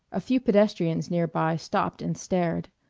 a few pedestrians near by stopped and stared.